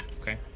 Okay